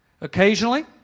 Occasionally